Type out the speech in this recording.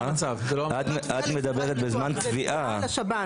לא תביעה לחברת ביטוח, זה תביעה לשב"ן.